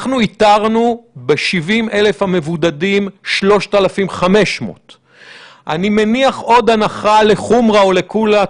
אנחנו איתרנו ב-70,000 המבודדים 3,500. אני מניח עוד הנחה לחומרא או לקולא,